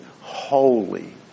holy